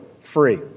free